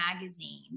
Magazine